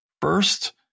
first